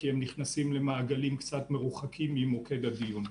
כי הם נכנסים למעגלים קצת מרוחקים ממוקד הדיון.